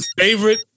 Favorite